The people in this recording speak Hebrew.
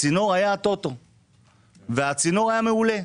הצינור היה ה-טוטו והצינור היה מעולה.